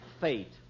fate